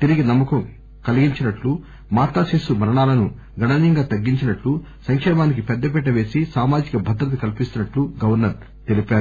తిరిగి నమ్మకం కలిగించినట్టు మాతా శిశు మరణాలను గణనీయంగా తగ్గించినట్టు సంక్షేమానికి పెద్ద పీట పేసి సామాజిక భద్రత కల్పిస్తున్నట్లు గవర్నర్ తెలిపారు